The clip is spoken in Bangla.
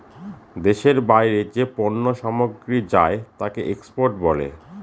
দেশের বাইরে যে পণ্য সামগ্রী যায় তাকে এক্সপোর্ট বলে